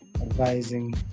advising